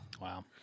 Wow